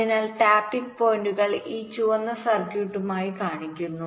അതിനാൽ ടാപ്പിംഗ് പോയിന്റുകൾ ഈ ചുവന്ന സർക്യൂട്ടുകളായി കാണിക്കുന്നു